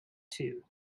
two